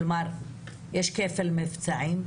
כלומר, יש "כפל מבצעים"?